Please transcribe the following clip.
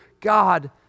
God